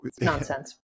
nonsense